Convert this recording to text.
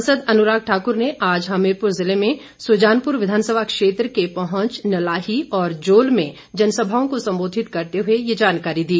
सांसद अनुराग ठाकुर ने आज हमीरपुर जिले में सुजानपुर विधानसभा क्षेत्र के पौहंच नलाही और जोल में जनसभाओं को संबोधित करते हुए ये जानकारी दी